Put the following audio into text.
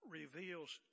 reveals